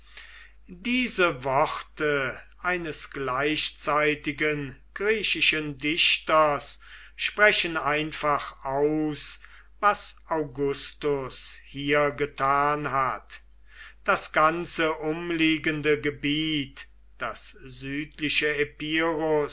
diese worte eines gleichzeitigen griechischen dichters sprechen einfach aus was augustus hier getan hat das ganze umliegende gebiet das südliche epirus